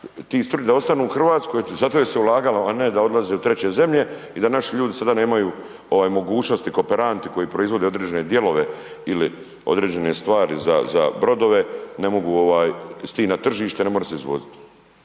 da ostanu u Hrvatskoj zato jer se ulagalo, a ne da odlaze u treće zemlje i da naši ljudi sada nemaju mogućnosti, kooperanti koji proizvode određene dijelove ili određene stvari za brodove, ne mogu s tim na tržište, ne može se izvoziti.